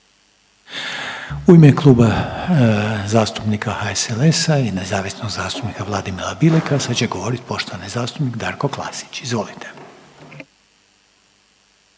U ime Kluba zastupnika HSLS-a i nezavisnog zastupnika Vladimira Bileka sad će govoriti poštovani zastupnik Darko Klasić, izvolite.